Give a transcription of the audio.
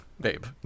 babe